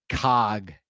cog